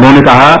उन्होंने कहा